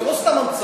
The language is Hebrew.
זה לא סתם המצאות,